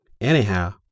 Anyhow